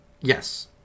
Yes